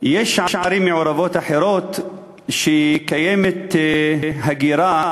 יש ערים מעורבות אחרות שקיימת אליהן הגירה